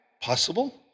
Possible